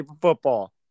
football